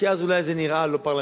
כי אז אולי זה נראה לא פרלמנטרי.